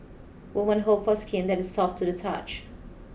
women hope for skin that is soft to the touch